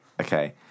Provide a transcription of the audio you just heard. Okay